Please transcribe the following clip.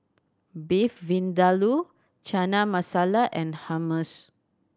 Beef Vindaloo Chana Masala and Hummus